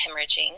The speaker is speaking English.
hemorrhaging